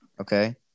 Okay